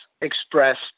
expressed